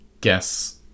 Guess